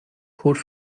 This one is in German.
code